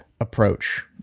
approach